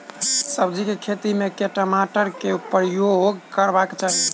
सब्जी केँ खेती मे केँ मोटर केँ प्रयोग करबाक चाहि?